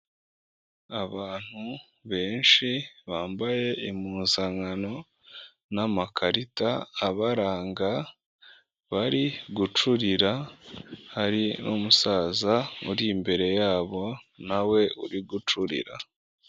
Abantu benshi bambaye impuzankano n'amakarita abaranga, bari gucurira hari n'umusaza uri imbere yabo, nawe uri gucurira.